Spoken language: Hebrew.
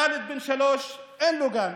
חאלד בן השלוש, אין לו גן,